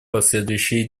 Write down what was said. последующие